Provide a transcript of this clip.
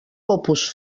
opus